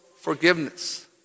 forgiveness